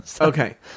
Okay